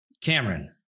Cameron